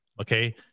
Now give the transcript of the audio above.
Okay